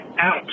out